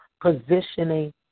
positioning